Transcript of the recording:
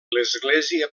l’església